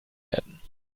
werden